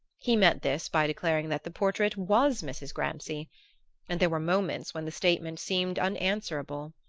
he met this by declaring that the portrait was mrs. grancy and there were moments when the statement seemed unanswerable.